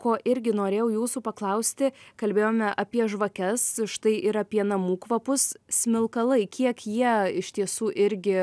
ko irgi norėjau jūsų paklausti kalbėjome apie žvakes štai ir apie namų kvapus smilkalai kiek jie iš tiesų irgi